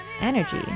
Energy